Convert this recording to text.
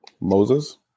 Moses